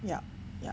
yup yup